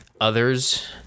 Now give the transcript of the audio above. others